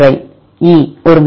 E 1 முறை